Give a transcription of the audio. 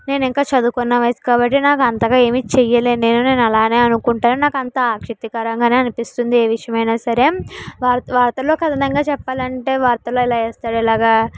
నేను ఇంకా చదువుకున్న వయసు కాబట్టి నాకు ఇంకా అంతగా ఏమి చేయలేను నేను అలానే అనుకుంటాను నాకు అంత ఆసక్తికరంగా అనిపిస్తుంది ఏ విషయమైన సరే వా వార్తలలో కథనంగా చెప్పాలి అంటే వార్తలు ఎలా వేస్తారు ఎలాగ